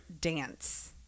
dance